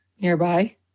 nearby